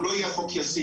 הוא לא יהיה חוק ישים.